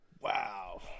Wow